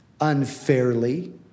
unfairly